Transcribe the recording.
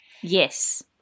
Yes